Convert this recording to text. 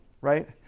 right